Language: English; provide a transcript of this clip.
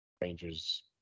Rangers